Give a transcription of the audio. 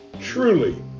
truly